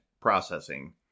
processing